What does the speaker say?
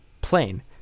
plane